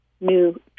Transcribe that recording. new